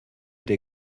der